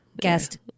guest